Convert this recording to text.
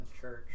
church